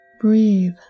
Breathe